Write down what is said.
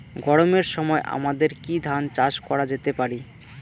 গরমের সময় আমাদের কি ধান চাষ করা যেতে পারি?